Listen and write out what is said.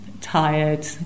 tired